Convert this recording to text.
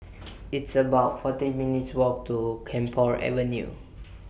It's about forty minutes' Walk to Camphor Avenue